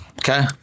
Okay